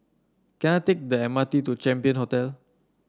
can I take the M R T to Champion Hotel